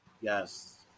Yes